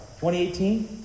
2018